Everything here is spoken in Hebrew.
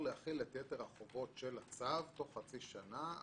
בעקבות הערת הוועדה החובה היא חמש שנים לפחות ממועד סיום החזר האשראי.